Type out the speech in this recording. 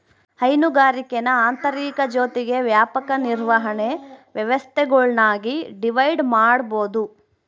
ಹೈನುಗಾರಿಕೇನ ಆಂತರಿಕ ಜೊತಿಗೆ ವ್ಯಾಪಕ ನಿರ್ವಹಣೆ ವ್ಯವಸ್ಥೆಗುಳ್ನಾಗಿ ಡಿವೈಡ್ ಮಾಡ್ಬೋದು